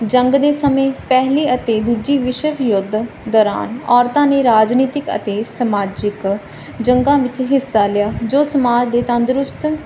ਜੰਗ ਦੇ ਸਮੇਂ ਪਹਿਲੀ ਅਤੇ ਦੂਜੀ ਵਿਸ਼ਵ ਯੁੱਧ ਦੌਰਾਨ ਔਰਤਾਂ ਨੇ ਰਾਜਨੀਤਿਕ ਅਤੇ ਸਮਾਜਿਕ ਜੰਗਾਂ ਵਿੱਚ ਹਿੱਸਾ ਲਿਆ ਜੋ ਸਮਾਜ ਦੇ ਤੰਦਰੁਸਤ ਕਰਨ ਵਿੱਚ ਮਦਦ